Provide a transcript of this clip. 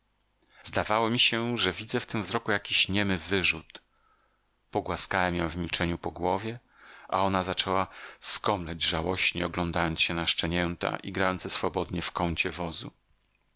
zdawało mi się że widzę w tym wzroku jakiś niemy wyrzut pogłaskałem ją w milczeniu po głowie a ona zaczęła skomleć żałośnie oglądając się na szczenięta igrające swobodnie w kącie wozu